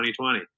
2020